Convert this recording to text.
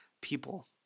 people